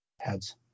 Heads